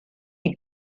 die